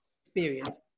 experience